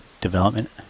development